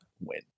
win